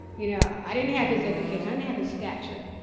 you know, i didn't have his education, i didn't have his stature,